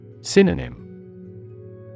Synonym